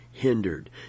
hindered